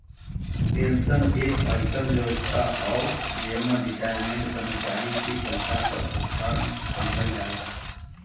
pension एक अइसन व्यवस्था हौ जेमन रिटार्यड कर्मचारी के पइसा क भुगतान किहल जाला